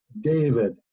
David